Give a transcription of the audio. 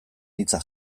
hitza